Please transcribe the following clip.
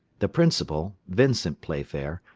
the principal, vincent playfair,